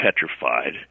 petrified